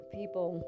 people